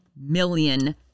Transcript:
million